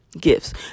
gifts